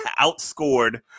outscored